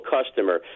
customer